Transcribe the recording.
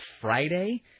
Friday